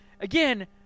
Again